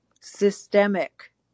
systemic